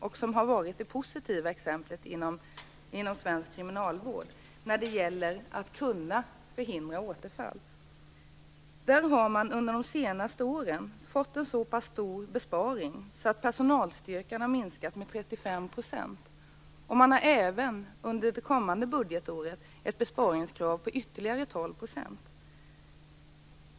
Österåker har varit det positiva exemplet inom svensk kriminalvård när det gäller att förhindra återfall. Under de senaste åren har man där fått en så pass stor besparing att personalstyrkan har minskat med 35 %. Under det kommande budgetåret har man ett besparingskrav på ytterligare 12 %.